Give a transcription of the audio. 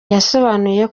yasobanuye